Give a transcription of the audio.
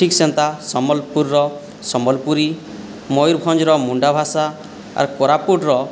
ଠିକ୍ ସେମିତିଆ ସମ୍ୱଲପୁରର ସମ୍ୱଲପୁରୀ ମୟୁରଭଞ୍ଜର ମୁଣ୍ଡା ଭାଷା ଆର୍ କୋରାପୁଟର